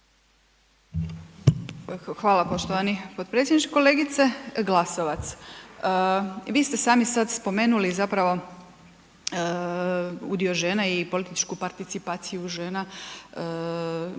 Hvala poštovani potpredsjedniče. Kolegice Glasovac, vi ste sami sad spomenuli zapravo udio žena i političku participaciju žena,